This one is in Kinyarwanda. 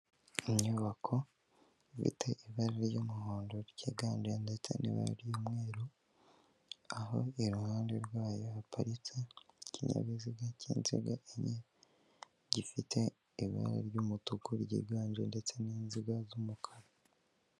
Inyubako ifite ibara ry'umuhondo ryiganje ndetse n'ibara ry'umweru, aho iruhande rwayo, haparitse ikinyabiziga cy'inziga enye, gifite ibara ry'umutuku ryiganje ndetse n'inziga z'umukara.